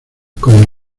con